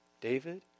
David